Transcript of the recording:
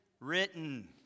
written